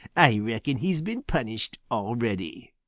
i reckon he's been punished already.